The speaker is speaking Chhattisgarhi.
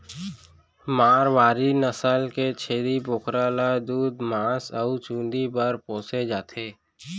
मारवारी नसल के छेरी बोकरा ल दूद, मांस अउ चूंदी बर पोसे जाथे